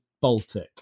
Baltic